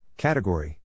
Category